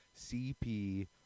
CP